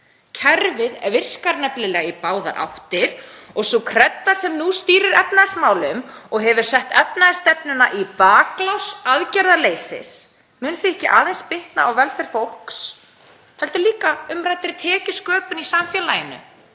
Kerfið virkar nefnilega í báðar áttir og sú kredda sem nú stýrir efnahagsmálunum, og hefur sett efnahagsstefnuna í baklás aðgerðaleysis, mun því ekki aðeins bitna á velferð fólks heldur líka á umræddri tekjusköpun í samfélaginu